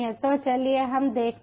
तो चलिए हम देखते हैं